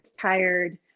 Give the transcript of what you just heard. tired